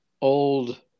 old